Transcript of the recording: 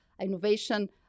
innovation